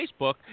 Facebook